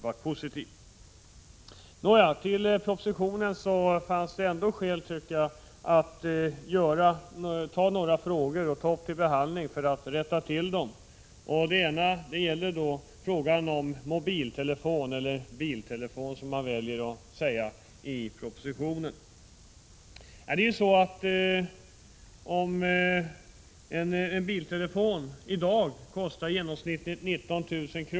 Vad beträffar propositionen fanns det skäl att på några punkter rätta till förslagen. En sådan fråga gällde extrautrustning i form av mobiltelefon, eller biltelefon, som man valt att kalla det i propositionen. En biltelefon kostar i dag i genomsnitt 19 000 kr.